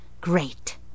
great